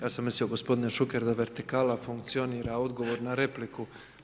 Ja sam mislio gospodine Šuker, da vertikala funkcionira odgovor na repliku.